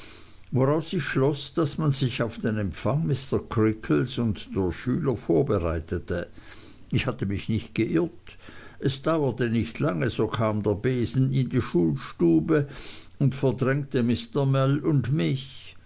woraus ich schloß daß man sich auf den empfang mr creakles und schüler vorbereitete ich hatte mich nicht geirrt es dauerte nicht lange so kam der besen in die schulstube und verdrängte mr mell und mich